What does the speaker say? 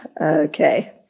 Okay